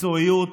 במקצועיות